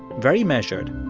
very measured.